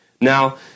Now